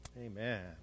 amen